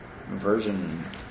version